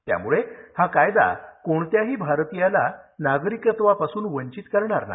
त्यामुळे हा कायदा कोणत्याही भारतीयाला नागरिकत्वापासून वंचित करणार नाही